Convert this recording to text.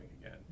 again